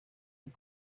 and